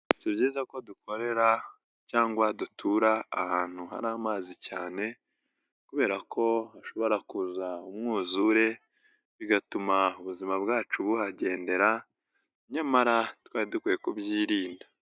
Si byiza ko dukorera cyangwa dutura ahantu hari amazi cyane kubera ko hashobora kuza umwuzure, bigatuma ubuzima bwacu buhagendera, nyamara twari dukwiye kubyirinda.